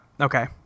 Okay